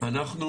אנחנו